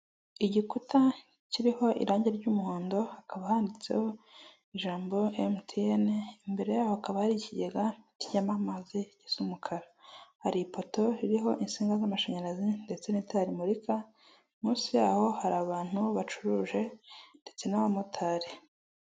Igikuta kiriho irangi ry'umuhondo hakaba handitseho ijambo emutiyene imbere yaho hakaba hari ikigega kijyamo amazi gisa umukara, hari ipoto ririho insinga z'amashanyarazi ndetse n'itari rimurika munsi yaho hari abantu bacuruje ndetse n'abamotari.